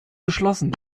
beschlossen